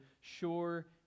sure